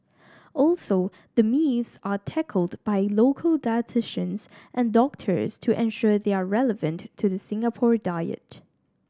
also the myths are tackled by local dietitians and doctors to ensure they are relevant to the Singapore diet